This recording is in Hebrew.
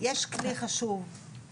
אני רוצה לתת את זכות הדיבור למלי דנינו,